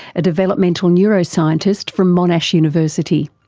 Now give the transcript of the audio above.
a developmental neuroscientist from monash university.